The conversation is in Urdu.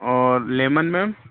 اور لیمن میم